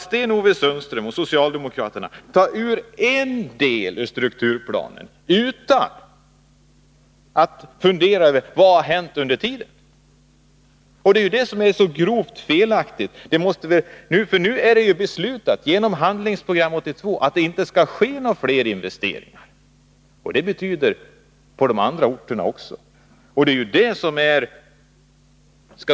Sten-Ove Sundström och socialdemokraterna tar dock ut en del av strukturplanen utan att fundera över vad som har hänt sedan den antogs. Det är det som är så grovt felaktigt. Det har ju nu beslutats genom Handlingsprogram 1982 att inga fler investeringar skall ske — och det avser också de andra orterna.